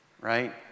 right